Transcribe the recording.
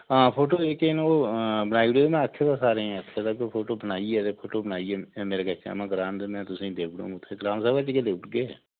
हां फोटो जेह्के न ओ बनाई' ओड़ेदे में आक्खे दा सारें आक्खे दा कि फोटो बनाइयै फोटो बनाइयै ते मेरे कच्छ जमां करान ते में तुसें देई ओड़ङ उत्थै ग्राम सभा च गै देई ओड़गे